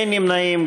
אין נמנעים.